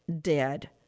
dead